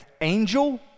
Angel